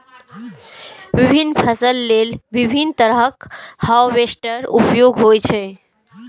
विभिन्न फसल लेल विभिन्न तरहक हार्वेस्टर उपयोग होइ छै